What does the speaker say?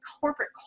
corporate